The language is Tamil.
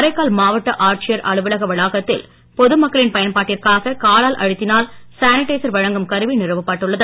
காரைக்கால் மாவட்ட ஆட்சியர் அலுவலக வளாகத்தில் பொது மக்களின் பயன்பாட்டிற்காக காலால் அழுத்தினால் சானிடைசர் வழங்கும் கருவி நிறுவப்பட்டுள்ளது